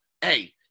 hey